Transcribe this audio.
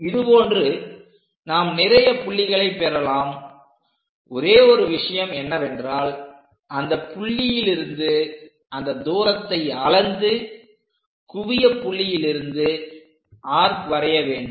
இது போன்று நாம் நிறைய புள்ளிகளை பெறலாம் ஒரே ஒரு விஷயம் என்னவென்றால் அந்த புள்ளியிலிருந்து அந்த தூரத்தை அளந்து குவிய புள்ளியிலிருந்து ஆர்க் வரைய வேண்டும்